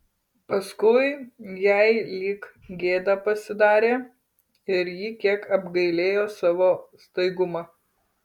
paskui jai lyg gėda pasidarė ir ji kiek apgailėjo savo staigumą